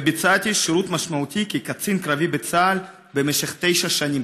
וביצעתי שירות משמעותי כקצין קרבי בצה"ל במשך תשע שנים.